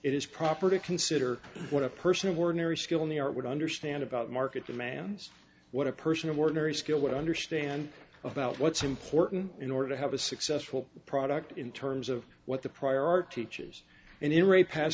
it is proper to consider what a person of ordinary skill in the art would understand about market demands what a person of ordinary skill would understand about what's important in order to have a successful product in terms of what the prior art teaches and in re past